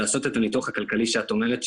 לעשות את הניתוח הכלכלי שאת אומרת,